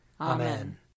Amen